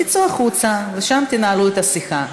תצאו החוצה ושם תנהלו את השיחה.